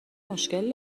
مشکل